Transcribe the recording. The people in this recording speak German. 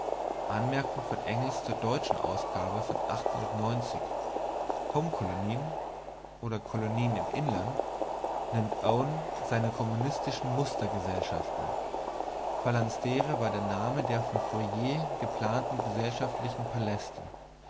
von home kolonien home kolonien kolonien im inland nennt owen seine kommunistischen mustergesellschaften phalanstere war der name der von fourier geplanten gesellschaftlichen paläste